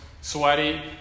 sweaty